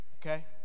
Okay